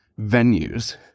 venues